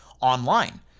online